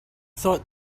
thought